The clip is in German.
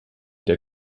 der